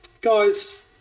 guys